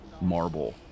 marble